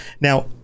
Now